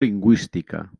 lingüística